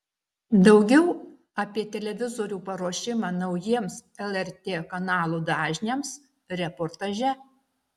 daugiau apie televizorių paruošimą naujiems lrt kanalų dažniams reportaže